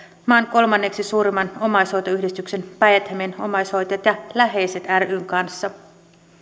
maan kolmanneksi suurimman omaishoitoyhdistyksen päijät hämeen omaishoitajat ja läheiset ryn kanssa